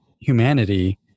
humanity